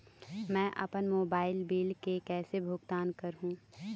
मैं अपन mobile bill के कैसे भुगतान कर हूं?